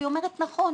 והיא אומרת נכון,